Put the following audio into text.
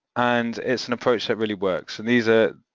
and it's an approach that really works and these are,